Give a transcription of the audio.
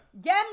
Dem